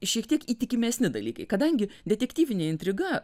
šiek tiek įtikimesni dalykai kadangi detektyvinė intriga